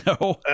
No